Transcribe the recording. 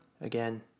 Again